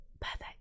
perfect